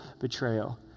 betrayal